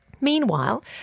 Meanwhile